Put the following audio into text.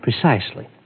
Precisely